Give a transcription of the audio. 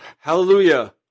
Hallelujah